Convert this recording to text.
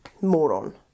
Moron